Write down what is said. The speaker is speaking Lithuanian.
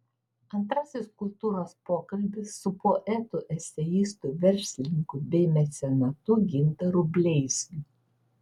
antrasis kultūros pokalbis su poetu eseistu verslininku bei mecenatu gintaru bleizgiu